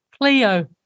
Cleo